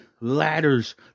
Ladders